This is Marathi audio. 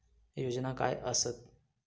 योजना काय आसत?